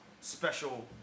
special